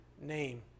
name